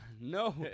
no